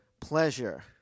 pleasure